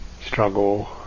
struggle